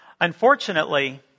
Unfortunately